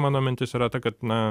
mano mintis yra ta kad na